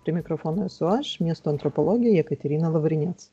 prie mikrofono esu aš miesto antropologė jekaterina lavrinec